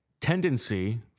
tendency